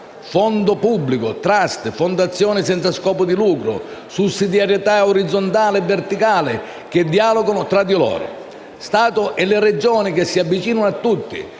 fondo pubblico, *trust*, fondazioni senza scopo di lucro, sussidiarietà orizzontale e verticale che dialogano tra di loro. Lo Stato e le Regioni che si avvicinano a tutti,